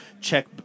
check